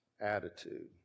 attitude